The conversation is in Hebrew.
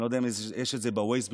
אני לא יודע אם יש את זה ב-Waze בכלל,